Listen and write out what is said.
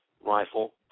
rifle